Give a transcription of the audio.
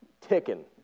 ticking